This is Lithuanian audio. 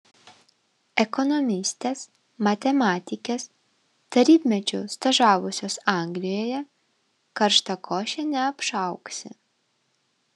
ekonomistės matematikės tarybmečiu stažavusios anglijoje karštakoše neapšauksi